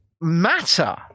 matter